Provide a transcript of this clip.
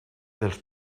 dels